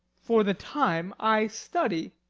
for the time i study,